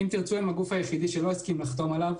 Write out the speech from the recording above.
"אם תרצו" הם הגוף היחיד שלא הסכים לחתום עליו.